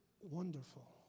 wonderful